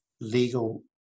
legal